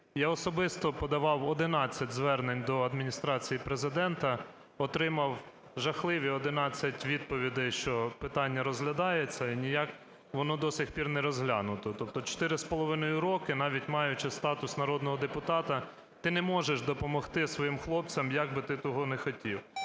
Я особисто подавав 11 звернень до Адміністрації Президента. Отримав жахливі 11 відповідей, що питання розглядається, і ніяк воно до сих пір не розглянуто. Тобто 4,5 роки, навіть маючи статус народного депутата, ти не можеш допомогти своїм хлопцям як би ти того не хотів.